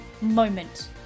moment